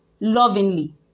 lovingly